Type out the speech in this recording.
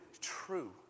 true